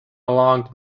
along